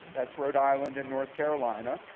that's rhode island and north carolina.